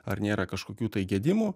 ar nėra kažkokių tai gedimų